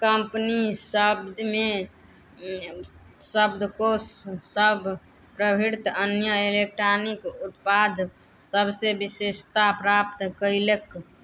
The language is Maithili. कम्पनी शब्दमे शब्दकोश सब प्रभृत अन्य इलेक्ट्रॉनिक उत्पाद सबसे विशेषता प्राप्त कयलक